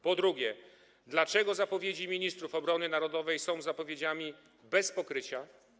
Po drugie, dlaczego zapowiedzi ministrów obrony narodowej są zapowiedziami bez pokrycia?